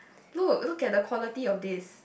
look look at the quality of this